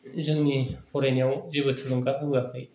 जोंनि फरायनायाव जेबो थुलुंगा होआखै